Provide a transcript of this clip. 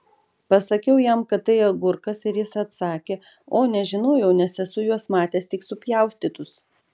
pasakiau jam kad tai agurkas ir jis atsakė o nežinojau nes esu juos matęs tik supjaustytus